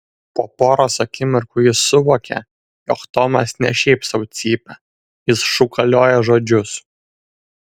po poros akimirkų jis suvokė jog tomas ne šiaip sau cypia jis šūkalioja žodžius